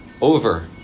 over